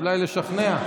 אולי לשכנע?